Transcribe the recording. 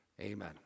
Amen